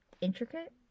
intricate